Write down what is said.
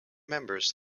members